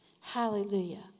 Hallelujah